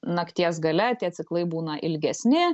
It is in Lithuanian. nakties gale tie ciklai būna ilgesni